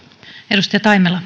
arvoisa